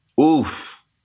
Oof